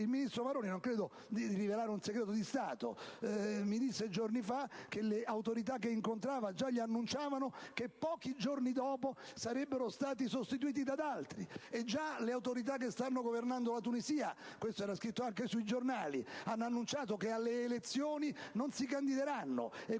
Il ministro Maroni - non credo di rivelare un segreto di Stato - mi ha detto giorni fa che le autorità che ha incontrato già gli hanno annunciato che pochi giorni dopo sarebbero state sostituite da altre; e le autorità che stanno governando la Tunisia - era scritto anche sui giornali - hanno già annunciato che alle elezioni non si candideranno.